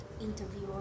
interviewer